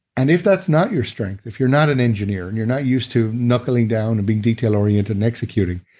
and if that's not your strength, if you're not an engineer and you're not used to knuckling down and big detail orient and executing,